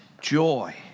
joy